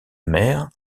mère